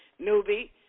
newbie